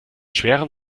schweren